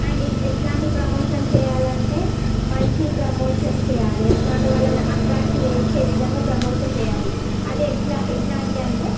and ఎట్లాంటి promotion చెయ్యాలంటే మంచి ప్రమోషన్ చెయ్యాలి ఎట్లాంటి వాళ్ళని అట్రాక్ట్ చేసే విధంగా ప్రమోషన్ చెయ్యాలి అదెట్లా ఎట్లా అంటే అంటే